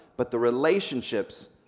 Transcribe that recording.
but the relationships,